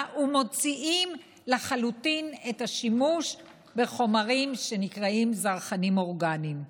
ומוציאים לחלוטין את השימוש בחומרים שנקראים זרחנים אורגניים.